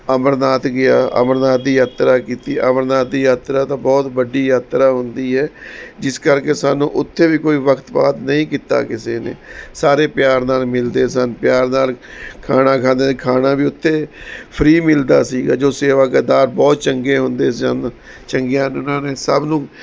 ਅਮਰਨਾਥ ਗਿਆ ਅਮਰਨਾਥ ਦੀ ਯਾਤਰਾ ਕੀਤੀ ਅਮਰਨਾਥ ਦੀ ਯਾਤਰਾ ਤਾਂ ਬਹੁਤ ਵੱਡੀ ਯਾਤਰਾ ਹੁੰਦੀ ਹੈ ਜਿਸ ਕਰਕੇ ਸਾਨੂੰ ਉੱਥੇ ਵੀ ਕੋਈ ਵਕਤ ਪਾਤ ਨਹੀਂ ਕੀਤਾ ਕਿਸੇ ਨੇ ਸਾਰੇ ਪਿਆਰ ਨਾਲ ਮਿਲਦੇ ਸਨ ਪਿਆਰ ਨਾਲ ਖਾਣਾ ਖਾਂਦੇ ਖਾਣਾ ਵੀ ਉੱਥੇ ਫਰੀ ਮਿਲਦਾ ਸੀਗਾ ਜੋ ਸੇਵਾਦਾਰ ਬਹੁਤ ਚੰਗੇ ਹੁੰਦੇ ਸਨ ਚੰਗੀਆਂ ਉਹਨਾਂ ਨੇ ਸਭ ਨੂੰ